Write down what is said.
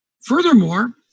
Furthermore